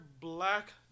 black